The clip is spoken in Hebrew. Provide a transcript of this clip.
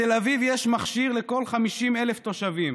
בתל אביב יש מכשיר לכל 50,000 תושבים,